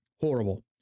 Horrible